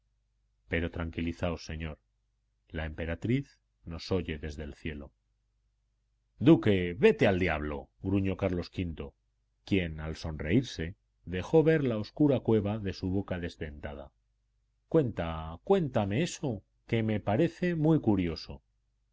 pero tranquilizaos señor la emperatriz nos oye desde el cielo duque vete al diablo gruñó carlos v quien al sonreírse dejó ver la oscura cueva de su boca desdentada cuenta cuéntame eso que me parece muy curioso